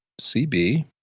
CB